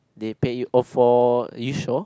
they pay you oh for East Shore